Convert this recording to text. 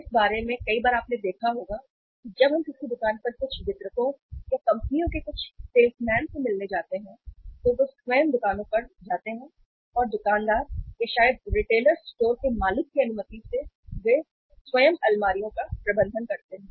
इस बारे में कई बार आपने देखा होगा कि जब हम किसी दुकान पर कुछ वितरकों या कंपनियों के कुछ सेल्समैन से मिलने जाते हैं तो वे स्वयं दुकानों पर जाते हैं और दुकानदार या शायद रिटेलर स्टोर के मालिक की अनुमति से वे स्वयं अलमारियों का प्रबंधन करते हैं